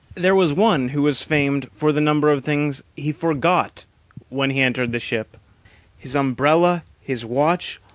there was one who was famed for the number of things he forgot when he entered the ship his umbrella, his watch,